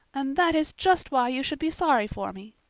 and that is just why you should be sorry for me,